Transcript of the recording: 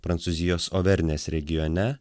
prancūzijos overnės regione